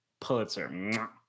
Pulitzer